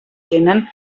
tenen